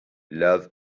love